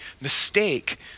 mistake